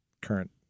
current